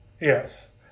Yes